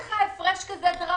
אין לך כזה הפרש דרמטי.